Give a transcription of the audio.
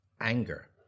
Anger